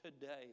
today